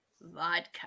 Vodka